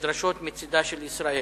הנדרשות מצדה של ישראל,